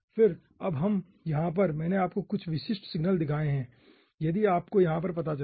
फिर अब यहाँ पर मैंने आपको कुछ विशिष्ट सिग्नल दिखाए हैं यदि आपको यहाँ पर पता चले